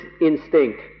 instinct